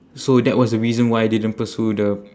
so that was the reason why I didn't pursue the